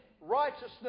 righteousness